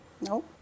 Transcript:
No